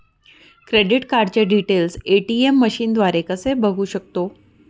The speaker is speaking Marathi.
क्रेडिट कार्डचे डिटेल्स ए.टी.एम मशीनद्वारे कसे बघू शकतो?